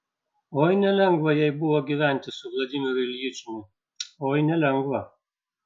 oi nelengva jai buvo gyventi su vladimiru iljičiumi oi nelengva